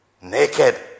naked